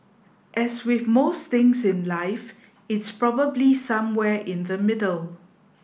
as with most things in life it's probably somewhere in the middle